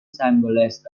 symbolises